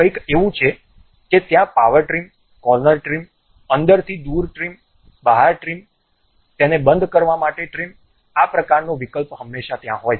કંઇક એવું છે કે ત્યાં પાવર ટ્રીમ કોર્નર ટ્રીમ અંદરથી દૂર ટ્રીમ બહાર ટ્રિમ તેને બંધ કરવા માટે ટ્રિમ આ પ્રકારનો વિકલ્પ હંમેશા ત્યાં હોય છે